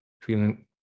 feeling